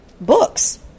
books